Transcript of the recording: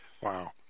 Wow